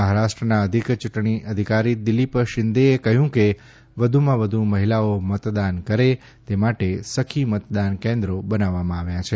મફારાષ્ટ્રના અધિક ચૂંટણી અધિકારી દિલીપ શિંદેએ કહ્યું કે વધુમાં વધુ મહિલાઓ મતદાન કરે તે માટે સખી મતદાન કેન્દ્ર બનાવવામાં આવ્યા છે